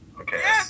Okay